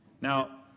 Now